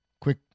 quick